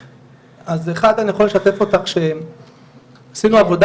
אז, אחד, אני יכול לשתף אותך, שעשינו עבודה